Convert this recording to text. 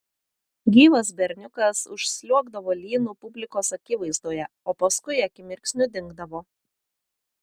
gyvas berniukas užsliuogdavo lynu publikos akivaizdoje o paskui akimirksniu dingdavo